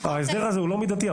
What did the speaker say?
ההסדר הזה הוא לא מידתי.